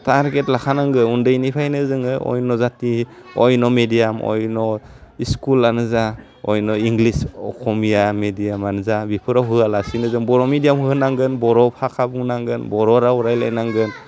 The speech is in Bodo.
टारगेट लाखानांगो उन्दैनिफायनो जोङो अन्य' जाति अन्य' मेडियाम अन्य' स्कुलानो जा अन्य' इंलिस असमिया मेडियामानो जा बेफोराव होआ लासिनो जों बर' मेडियाम होनांगोन बर' भासा बुंनांगोन बर' राव रायलाइनांगोन